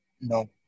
no